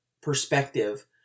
perspective